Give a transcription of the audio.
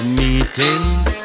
meetings